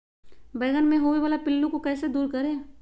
बैंगन मे होने वाले पिल्लू को कैसे दूर करें?